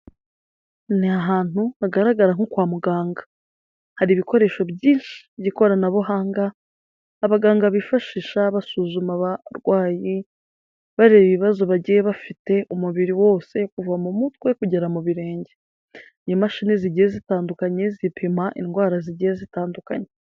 Ni ahantu hagaragara nko kwa muganga. Hari ibikoresho byinshi by'ikoranabuhanga abaganga bifashisha basuzuma abarwayi bareba ibibazo bagiye bafite umubiri wose, kuva mu mutwe kugera mu birenge. Ni imashini zigiye zitandukanye, zipima indwara zigiye zitandukanye.